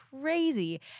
crazy